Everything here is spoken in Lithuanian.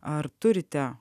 ar turite